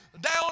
down